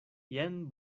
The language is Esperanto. jen